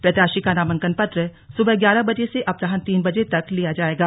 प्रत्याशी का नामांकन पत्र सुबह ग्यारह बजे से अपराह्न तीन बजे तक लिया जायेगा